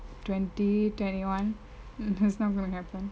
twenty twenty one it's not going to happen